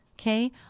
Okay